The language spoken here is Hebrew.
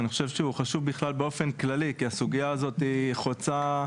הוא חשוב באופן כללי כי הסוגיה הזו היא חוצה.